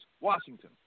Washington